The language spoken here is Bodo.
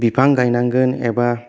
बिफां गायनांगोन एबा